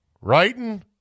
writing